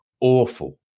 Awful